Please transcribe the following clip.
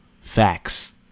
Facts